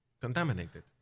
contaminated